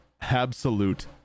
absolute